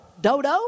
Dodo